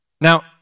Now